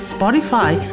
Spotify